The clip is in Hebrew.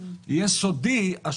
שזה יהיה סודי.